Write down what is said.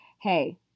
hey